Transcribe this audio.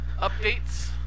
updates